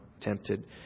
tempted